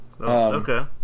okay